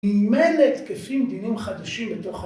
ממילא תקפים דינים חדשים בתוך ה...